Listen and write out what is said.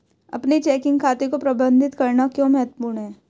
अपने चेकिंग खाते को प्रबंधित करना क्यों महत्वपूर्ण है?